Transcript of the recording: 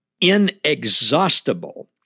inexhaustible